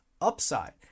upside